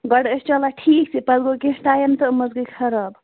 گۄڈٕ ٲسۍ چَلان ٹھیٖک پَتہٕ گوٚو کیٚنٛہہ ٹایم تہٕ یِم حظ گٔے خراب